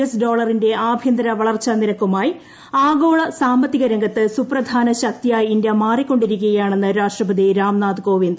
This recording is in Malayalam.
എസ് ഡോളറിന്റെ ആഭ്യന്തര വളർച്ചാ നിരക്കുമായി ആഗോള സാമ്പത്തിക രംഗത്ത് സുപ്രധാന ശക്തിയായി ഇന്തൃ മാറിക്കൊണ്ടിരിക്കുകയാണെന്ന് രാഷ്ട്രപതി രാംനാഥ് കോവിന്ദ്